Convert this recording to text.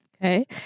Okay